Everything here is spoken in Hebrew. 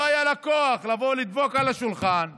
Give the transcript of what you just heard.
לא היה לה כוח לבוא לדפוק על השולחן ולהגיד: